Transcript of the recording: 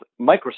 Microsoft